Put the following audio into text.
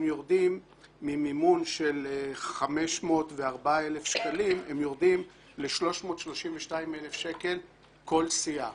הם יורדים ממימון של 504,000 שקלים ל-332,000 שקל כל סיעה.